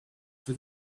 for